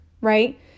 right